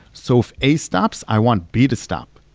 so if a stops, i want b to stop.